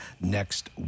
next